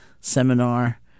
seminar